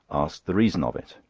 asked the reason of it.